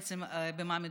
בעצם במה מדובר.